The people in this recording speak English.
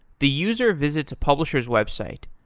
the user visits a publisher s website,